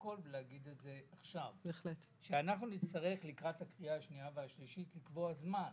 לפרוטוקול שלקראת השנייה והשלישית אנחנו נצטרך לקבוע מסגרת זמן